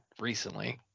recently